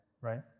right